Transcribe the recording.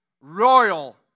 royal